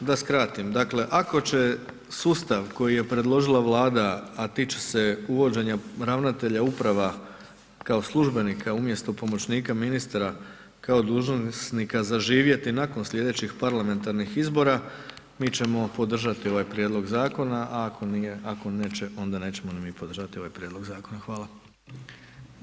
Da skratim, dakle, ako će sustav koji je predložila Vlada a tiče se uvođenja ravnatelja uprava kao službenika umjesto pomoćnika ministra kao dužnosnika zaživjeti nakon slijedećih parlamentarnih izbora, mi ćemo podržati ovaj prijedlog zakona a ako neće, onda nećemo ni mi podržati ovaj prijedlog zakona, hvala.